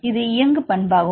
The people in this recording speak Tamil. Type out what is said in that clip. இது இயங்கு பண்பாகும்